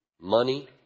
money